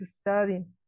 studying